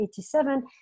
1987